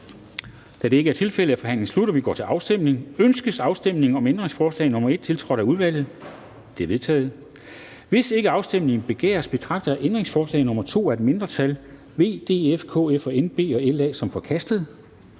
Kl. 14:06 Afstemning Formanden (Henrik Dam Kristensen): Ønskes afstemning om ændringsforslag nr. 1, tiltrådt af udvalget? Det er vedtaget. Hvis ikke afstemning begæres, betragter jeg ændringsforslag nr. 2 af et mindretal (V, DF, KF, NB og LA) som forkastet.